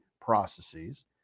processes